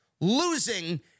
losing